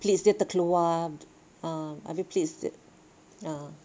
pleats dia terkeluar ah abeh pleats dia ah